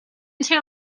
too